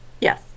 yes